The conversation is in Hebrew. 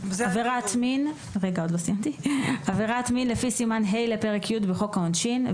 "עבירת מין" עבירת מין לפי סימן ה' לפרק י' בחוק העונשין.